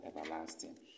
everlasting